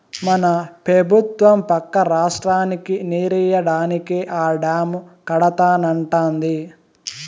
మన పెబుత్వం పక్క రాష్ట్రానికి నీరియ్యడానికే ఆ డాము కడతానంటాంది